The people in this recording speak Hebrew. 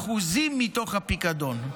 אחוזים מתוך הפיקדון,